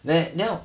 then then